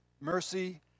mercy